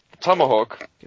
tomahawk